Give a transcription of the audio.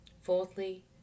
Fourthly